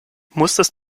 musstest